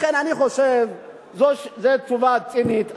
לכן אני חושב שזאת תשובה צינית,